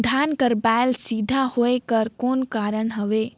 धान कर बायल सीधा होयक कर कौन कारण हवे?